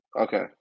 Okay